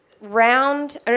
round